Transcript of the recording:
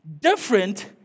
different